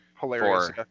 Hilarious